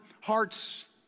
hearts